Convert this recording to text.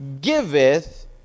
giveth